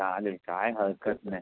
चालेल काय हरकत नाही